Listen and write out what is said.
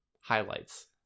highlights